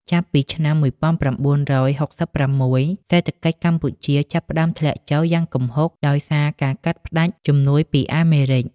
ចាប់ពីឆ្នាំ ១៩៦៦ សេដ្ឋកិច្ចកម្ពុជាចាប់ផ្តើមធ្លាក់ចុះយ៉ាងគំហុកដោយសារការកាត់ផ្តាច់ជំនួយពីអាមេរិក។